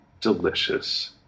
delicious